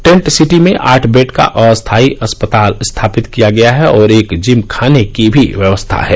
tent city में आठ bed का अस्थाई अस्पताल स्थापित किया गया है और एक जिम खाने की भी व्यवस्था है